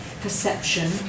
perception